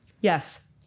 Yes